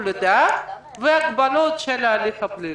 לדעת לבין ההגבלות של ההליך הפלילי.